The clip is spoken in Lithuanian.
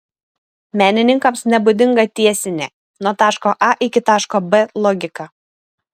menininkams nebūdinga tiesinė nuo taško a iki taško b logika